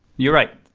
you're right,